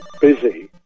busy